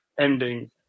ending